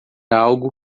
algo